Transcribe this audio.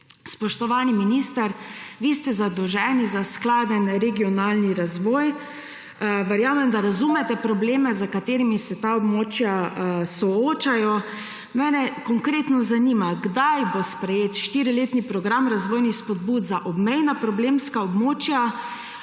Spoštovani minister, vi ste zadolženi za skladen regionalni razvoj. Verjamem, da razumete probleme, s katerimi se ta območja soočajo. Gospod minister, konkretno me zanima: Kdaj bo sprejet štiriletni program razvojnih spodbud za obmejna problemska območja?